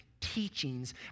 teachings